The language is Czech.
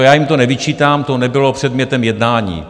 Já jim to nevyčítám, to nebylo předmětem jednání.